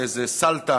איזו סלטה